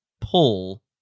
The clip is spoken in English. pull